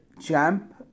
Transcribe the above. champ